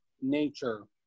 nature